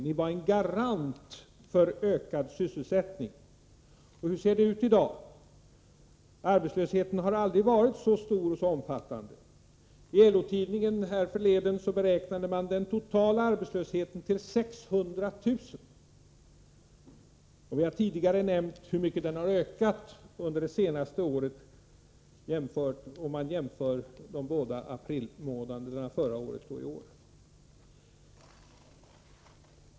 Ni var en garant för ökad sysselsättning. Men hur ser det ut i dag? Ja, arbetslösheten har aldrig varit så omfattande som nu. I LO-tidningen härförleden räknade man med att arbetslösheten totalt omfattade 600 000 människor. Vi har tidigare talat om hur mycket den har ökat under det senaste året. Det framgår vid en jämförelse mellan april månad förra året och april månad i år.